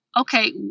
okay